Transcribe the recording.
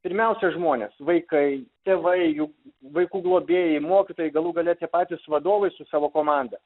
pirmiausia žmonės vaikai tėvai jų vaikų globėjai mokytojai galų gale tie patys vadovai su savo komanda